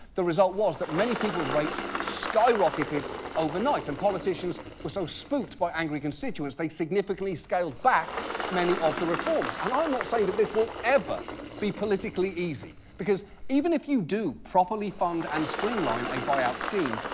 the result was that many people's rates skyrocketed overnight and politicians were so spooked by angry constituents they significantly scaled back many of the reforms. and, i'm not saying that this will ever be politically easy. because even if you do properly fund and streamline a buy-out scheme,